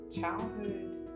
Childhood